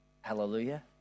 Hallelujah